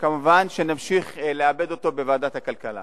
וכמובן נמשיך לעבד אותו בוועדת הכלכלה.